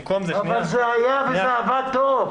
במקום זה --- אבל זה היה וזה עבד טוב.